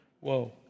whoa